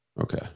Okay